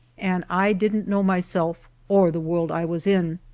and i didn't know myself, or the world i was in.